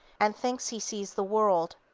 and thinks he sees the world.